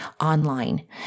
online